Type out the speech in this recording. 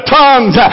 tongues